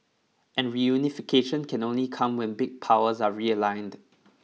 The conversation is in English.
and reunification can only come when big powers are realigned